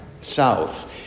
South